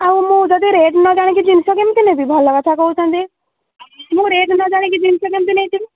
ଆଉ ମୁଁ ଯଦି ରେଟ୍ ନ ଜାଣିକି ଜିନିଷ କେମିତି ନେବି ଭଲ କଥା କହୁଛନ୍ତି ମୁଁ ରେଟ୍ ନ ଜାଣିକି ଜିନିଷ କେମିତି ନେଇଯିବି